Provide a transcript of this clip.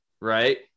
right